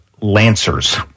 Lancers